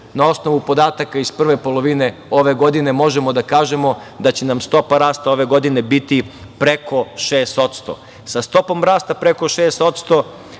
na osnovu podataka iz prve polovine ove godine, možemo da kažemo da će nam stopa rasta ove godine biti preko 6%.Sa stopom rasta preko 6%